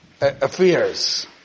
Affairs